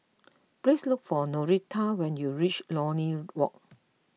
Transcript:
please look for Norita when you reach Lornie Walk